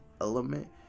element